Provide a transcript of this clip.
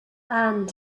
and